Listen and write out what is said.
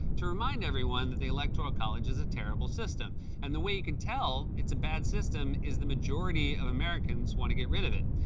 to remind everyone that the electoral college is a terrible system and the way you can tell it's a bad system is the majority of americans want to get rid of it.